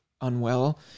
unwell